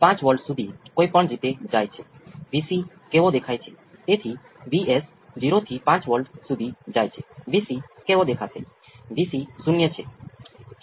જ્યારે આપણી પાસે ડીસી અથવા એક્સ્પોનેંસિયલ હોય ત્યારે આ વધુ અલગ નથી પરંતુ હું ફક્ત એકવાર વિગતવાર તેમાથી પસાર થઈશ